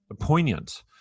poignant